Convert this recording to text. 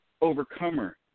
Overcomer